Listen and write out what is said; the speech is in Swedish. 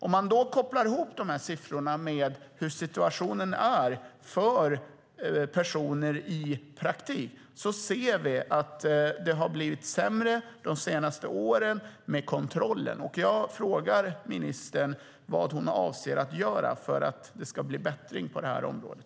Kopplar man ihop dessa siffror med hur situationen är för personer i praktik ser vi att kontrollen har blivit sämre de senaste åren. Därför frågar jag ministern vad hon avser att göra för att det ska bli bättring på detta område.